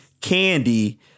candy